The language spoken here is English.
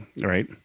right